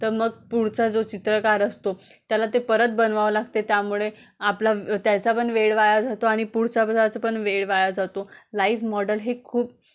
त मग पुढचा जो चित्रकार असतो त्याला ते परत बनवावं लागते त्यामुळे आपला त्याचा पण वेळ वाया जातो आणि पुढच्याचा पण वेळ वाया जातो लाईव मॉडल हे खूप